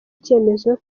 icyemezo